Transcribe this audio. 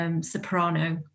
soprano